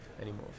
anymore